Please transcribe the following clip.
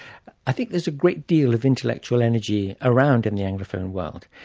i think there's a great deal of intellectual energy around in the anglophone world,